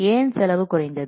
ஏன் செலவு குறைந்தது